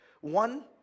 One